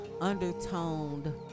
undertoned